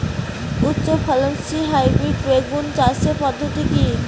উচ্চ ফলনশীল হাইব্রিড বেগুন চাষের পদ্ধতি কী?